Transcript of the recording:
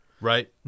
right